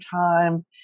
time